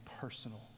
personal